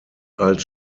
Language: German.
als